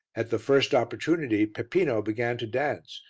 at the first opportunity peppino began to dance,